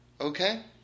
Okay